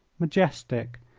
majestic,